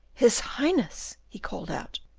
his highness! he called out.